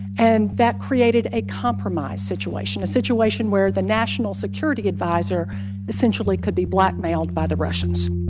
and that created a compromised situation, a situation where the national security adviser essentially could be blackmailed by the russians